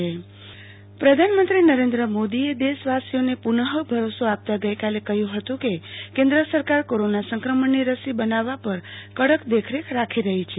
આરતી ભક્ટ પ્રધાનમંત્રી નરેન્દ્ર મોદી પ્રધાનમંત્રી નરેન્દ્ર મોદીએ દેશવાસીઓને પુનઃ ભરોસો આપતાં ગઈકાલે કહ્યું હતું કે કેન્દ્ર સરકાર કોરોના સંક્રમણની રસી બનાવવા પર કડક દેખરેખ રાખી રહી છે